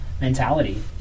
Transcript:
mentality